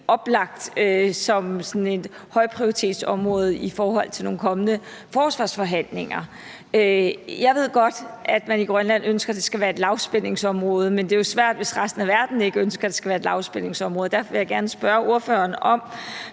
sådan et højprioritetsområde i forhold til nogle kommende forsvarsforhandlinger. Jeg ved godt, at man i Grønland ønsker, at det skal være et lavspændingsområde, men det er jo svært, hvis resten af verden ikke ønsker, at det skal være et lavspændingsområde. Derfor vil jeg gerne spørge ordføreren,